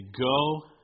go